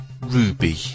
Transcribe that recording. Ruby